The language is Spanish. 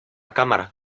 cámara